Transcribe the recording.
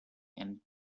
and